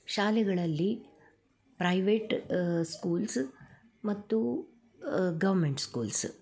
ಶಾಲೆಗಳಲ್ಲಿ private schools ಮತ್ತು government schools